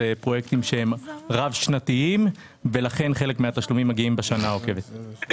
אלה פרויקטים רב שנתיים ולכן חלק מהתשלומים מגיעים בשנה העוקבת.